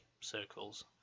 circles